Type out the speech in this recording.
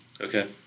Okay